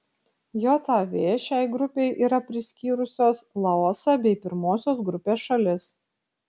jav šiai grupei yra priskyrusios laosą bei pirmosios grupės šalis